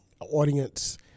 audience